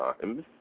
times